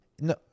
No